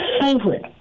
favorite